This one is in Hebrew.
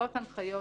בכל מקרה,